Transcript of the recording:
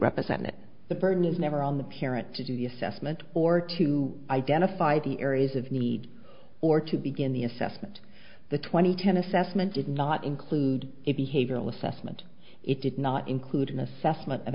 represent the burden is never on the parent to do the assessment or to identify the areas of need or to begin the assessment the twenty ten assessment did not include it behavioral assessment it did not include an assessment of